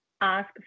ask